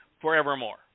forevermore